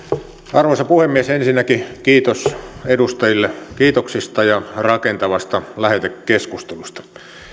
arvoisa puhemies ensinnäkin kiitos edustajille kiitoksista ja rakentavasta lähetekeskustelusta